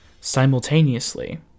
simultaneously